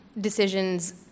decisions